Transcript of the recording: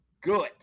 good